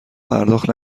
پرداخت